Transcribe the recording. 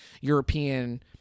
european